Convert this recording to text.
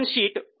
balance sheet